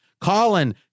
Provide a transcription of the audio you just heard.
Colin